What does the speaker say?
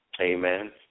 Amen